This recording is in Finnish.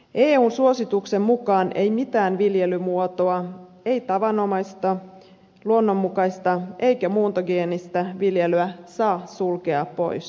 eun suosituksen mukaan ei mitään viljelymuotoa ei tavanomaista luonnonmukaista eikä muuntogeenistä viljelyä saa sulkea pois